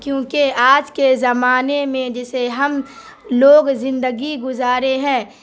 کیوں کہ آج کے زمانے میں جسے ہم لوگ زندگی گزارے ہیں